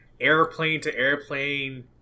airplane-to-airplane